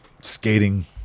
skating